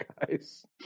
guys